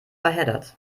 verheddert